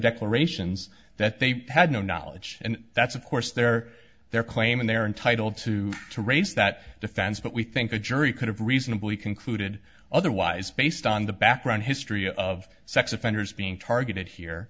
declarations that they had no knowledge and that's of course their their claim and they're entitled to to raise that defense but we think a jury could have reasonably concluded otherwise based on the background history of sex offenders being targeted here